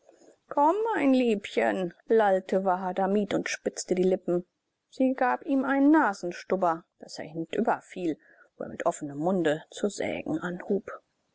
komm mein liebchen lallte wahadamib und spitzte die lippen sie gab ihm einen nasenstüber daß er hintenüber fiel wo er mit offnem munde zu sägen anhub